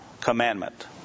commandment